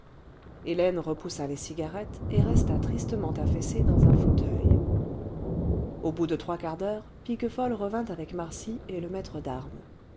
hélène repoussa les cigarettes et resta tristement affaissée dans un fauteuil au bout de trois quarts d'heure piquefol revint avec marsy et le maître d'armes